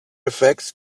effects